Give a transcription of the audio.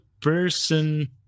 person